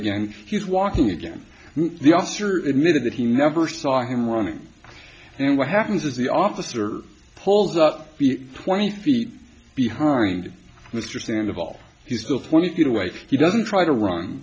again he's walking again the officer emitted that he never saw him running and what happens is the officer pulls out the twenty feet behind mr stand of all he's built twenty feet away he doesn't try to run